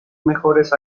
mejores